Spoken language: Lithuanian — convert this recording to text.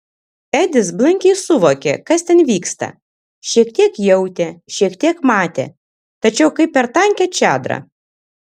edis blankiai suvokė kas ten vyksta šiek tiek jautė šiek tiek matė tačiau kaip per tankią čadrą